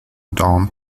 dawn